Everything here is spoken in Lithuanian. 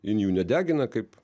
jin jų nedegina kaip